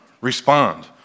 Respond